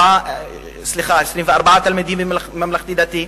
ו-24 בממלכתי-דתי.